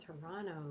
toronto